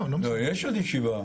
יש עוד ישיבה.